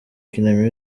kina